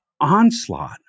onslaught